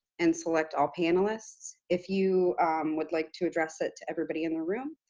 and select all panelists. if you would like to address it to everybody in the room,